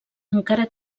encara